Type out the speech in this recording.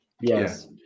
Yes